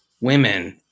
women